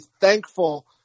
thankful